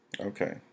Okay